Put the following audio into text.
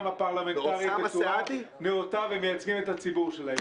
הפרלמנטרית בצורה נאותה ומייצגים את הציבור שלהם.